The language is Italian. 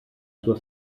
sua